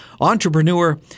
Entrepreneur